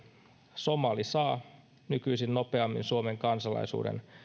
somali saa nykyisin nopeammin suomen kansalaisuuden